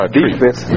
defense